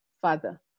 Father